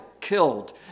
killed